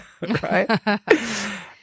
right